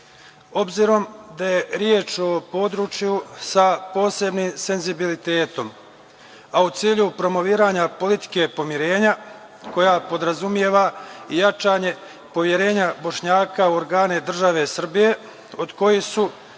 gradu. Obzirom da je reč o području sa posebnim senzibilitetom, a u cilju promovisanja politike pomirenja koja podrazumeva jačanje poverenja Bošnjaka u organe države Srbije, od kojih su,